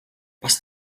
бас